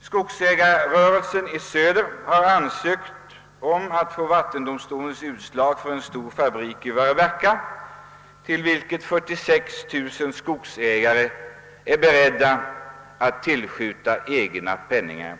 Skogsägarrörelsen i söder har ansökt om att få vattendomstolens utslag för en stor fabrik i Väröbacka, för vilken 46 000 skogsägare är beredda att tillskjuta egna penningar.